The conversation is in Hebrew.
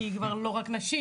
כי היא לא מטפלת רק בנשים,